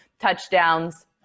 touchdowns